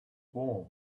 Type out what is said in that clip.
warm